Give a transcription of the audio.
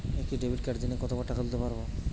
একটি ডেবিটকার্ড দিনে কতবার টাকা তুলতে পারব?